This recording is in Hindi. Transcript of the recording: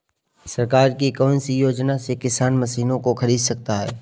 सरकार की कौन सी योजना से किसान मशीनों को खरीद सकता है?